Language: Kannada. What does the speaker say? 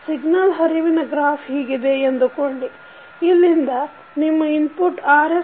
ಸಿಗ್ನಲ್ ಹರಿವಿನ ಗ್ರಾಫ್ ಹೀಗಿದೆ ಎಂದುಕೊಳ್ಳಿ ಇಲ್ಲಿಂದ ನಿಮ್ಮ ಇನ್ಪುಟ್ Rs